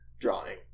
drawing